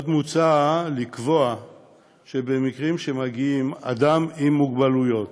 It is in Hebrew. עוד מוצע לקבוע שבמקרים שמגיע אדם עם מוגבלויות